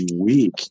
week